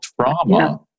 trauma